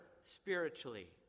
spiritually